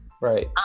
Right